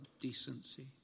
decency